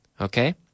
Okay